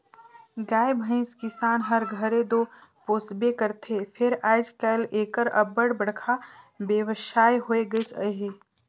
गाय भंइस किसान हर घरे दो पोसबे करथे फेर आएज काएल एकर अब्बड़ बड़खा बेवसाय होए गइस अहे